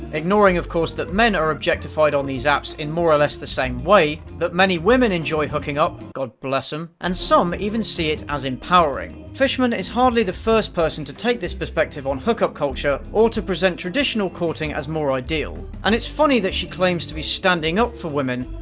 ignoring, of course, that men are objectified on these apps in more or less the same way, that many women enjoy hooking up god bless em! and some even see it as empowering. fishman is hardly the first person to take this perspective on hookup culture, or to present traditional courting as more ideal. and it's funny that she claims to be standing up for women,